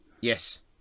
Yes